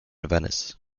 venice